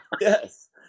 Yes